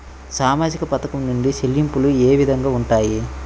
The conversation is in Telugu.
సామాజిక పథకం నుండి చెల్లింపులు ఏ విధంగా ఉంటాయి?